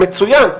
מצוין,